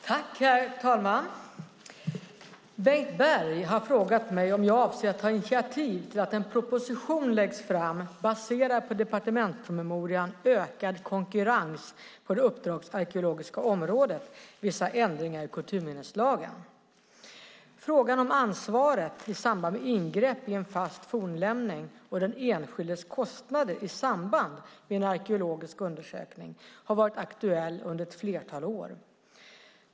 Herr talman! Bengt Berg har frågat mig om jag avser att ta initiativ till att en proposition läggs fram baserad på departementspromemorian Ökad konkurrens på det uppdragsarkeologiska området - vissa ändringar i kulturminneslagen . Frågan om ansvaret i samband med ingrepp i en fast fornlämning och den enskildes kostnader i samband med en arkeologisk undersökning har varit aktuell under ett flertal år.